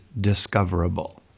discoverable